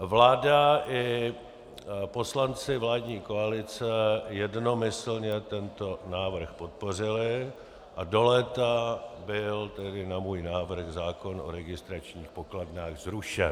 Vláda i poslanci vládní koalice jednomyslně tento návrh podpořili a do léta byl tedy na můj návrh zákon o registračních pokladnách zrušen.